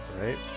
right